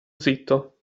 zitto